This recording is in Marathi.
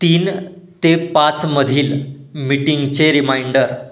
तीन ते पाचमधील मीटिंगचे रिमाइंडर